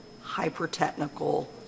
hyper-technical